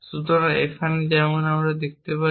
সুতরাং এখানে যেমন আমরা দেখতে পাচ্ছি